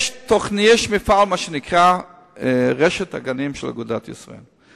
יש מפעל שנקרא "רשת הגנים של אגודת ישראל".